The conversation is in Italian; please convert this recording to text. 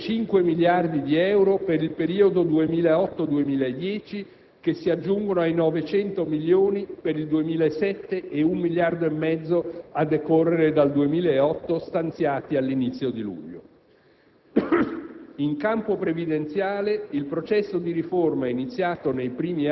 Le risorse complessivamente destinate a questo fine sono sostanziose: oltre 5 miliardi di euro per il periodo 2008-2010, che si aggiungono ai 900 milioni di euro per il 2007 e un miliardo e mezzo a decorrere dal 2008 stanziati all'inizio di luglio.